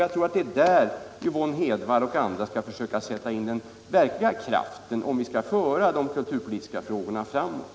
Jag tror att det är där Yvonne Hedvall och andra skall försöka sätta in den verkliga kraften, om vi skall kunna föra de kulturpolitiska frågorna framåt.